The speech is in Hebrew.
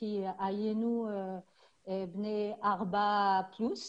היינו בני 40 פלוס,